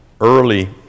early